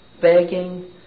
begging